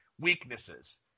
weaknesses